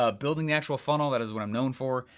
ah building natural funnel that is what i'm known for.